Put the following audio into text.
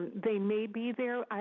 they may be there.